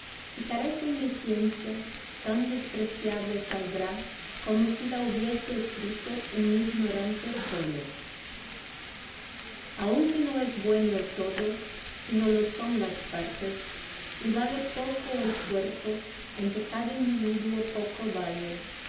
si carecen de ciencia tan despreciable saldrá como si la hubiese escrito un ignorante solo aunque no es bueno el todo si no lo son las partes y vale poco el cuerpo en que cada individuo poco vale